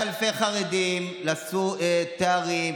אז אלפי חרדים עשו תארים,